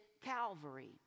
Calvary